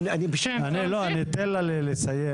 אדוני, אני פשוט --- לא, אני אתן לה לסיים.